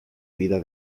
vida